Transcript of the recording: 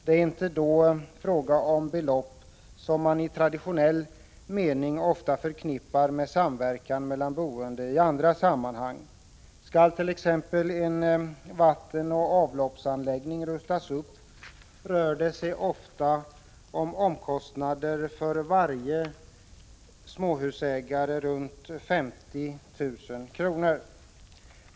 Det är då inte fråga om belopp som man i traditionell mening ofta förknippar med samverkan mellan boende i andra sammanhang. Skall t.ex. en vattenoch avloppsanläggning rustas upp, rör det sig ofta om kostnader för varje småhusägare på omkring 50 000 kr.